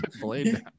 Blade